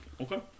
Okay